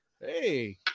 Hey